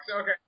Okay